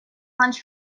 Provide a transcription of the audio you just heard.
lunch